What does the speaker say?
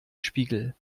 spiegel